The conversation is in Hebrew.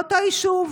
באותו יישוב?